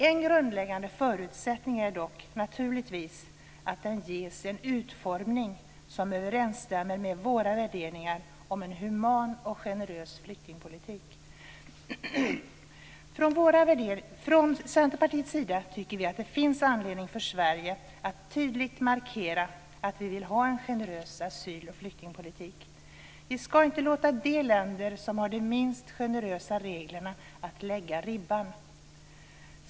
En grundläggande förutsättning är dock naturligtvis att den ges en utformning som överensstämmer med våra värderingar om en human och generös flyktingpolitik. Från Centerpartiets sida tycker vi att det finns anledning för Sverige att tydligt markera att vi vill ha en generös asyl och flyktingpolitik. Vi ska inte låta de länder lägga ribban som har de minst generösa reglerna.